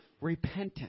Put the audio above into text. repentance